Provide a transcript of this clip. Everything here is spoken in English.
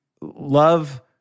love